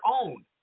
own